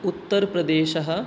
उत्तरप्रदेशः